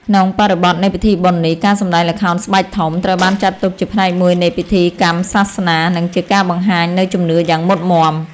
ក្នុងបរិបទនៃពិធីបុណ្យនេះ ការសម្តែងល្ខោនស្បែកធំ ត្រូវបានចាត់ទុកជាផ្នែកមួយនៃពិធីកម្មសាសនា និងជាការបង្ហាញនូវជំនឿយ៉ាងមុតមាំ។